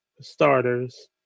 starters